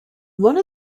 one